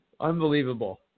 Unbelievable